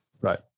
Right